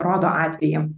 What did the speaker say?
rodo atvejį